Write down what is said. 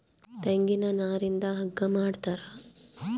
ತೆಂಗಿನ ನಾರಿಂದ ಹಗ್ಗ ಮಾಡ್ತಾರ